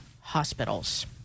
hospitals